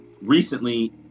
recently